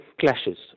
clashes